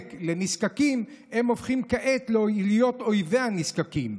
לנזקקים הופכים כעת להיות אויבי הנזקקים.